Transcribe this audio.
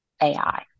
AI